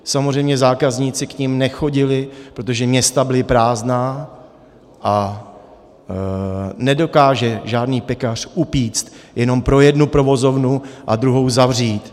Samozřejmě zákazníci k nim nechodili, protože města byla prázdná, a nedokáže žádný pekař upéct jenom pro jednu provozovnu a druhou zavřít.